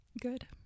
good